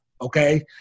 okay